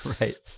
Right